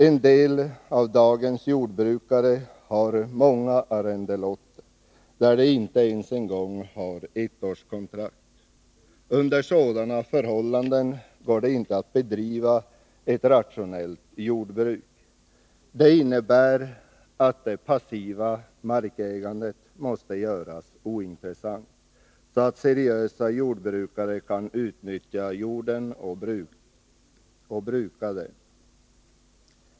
En del av dagens jordbrukare har många arrendelotter där de inte ens har ettårskontrakt. Under sådana förhållanden går det inte att bedriva ett rationellt jordbruk. Det innebär att det passiva markägandet måste göras ointressant så att seriösa jordbrukare kan utnyttja jorden och bruka den.